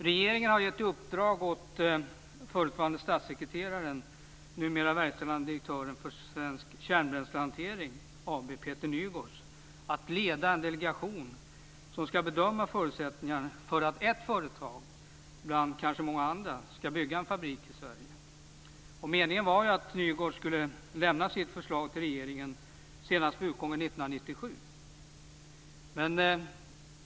Regeringen har gett i uppdrag åt förutvarande statssekreteraren och numera verkställande direktören för Svensk Kärnbränslehantering AB Peter Nygårds att leda en delegation som skall bedöma förutsättningarna för att ett företag, kanske bland många andra, skall bygga en fabrik i Sverige. Meningen var att Peter Nygårds skulle lämna sitt förslag till regeringen senast vid utgången av 1997.